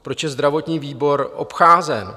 Proč je zdravotní výbor obcházen?